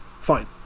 Fine